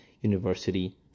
university